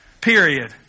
period